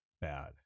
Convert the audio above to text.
bad